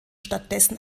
stattdessen